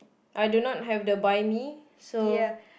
I do not have the Biny so